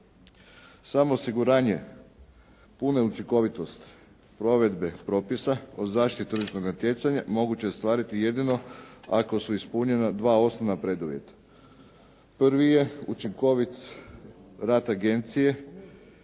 Samo osiguranje, puna učinkovitost provedbe propisa o zaštiti tržišnog natjecanja moguće je ostvariti jedino ako su ispunjena dva osnovna preduvjeta. Prvi je učinkovit rad agencije